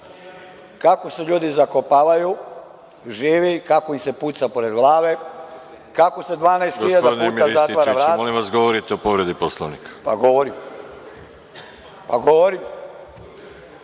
kako se ljudi zakopavaju živi, kako im se puca pored glave, kako se 12.000 puta zatvara